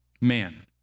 man